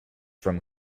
from